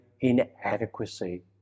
inadequacy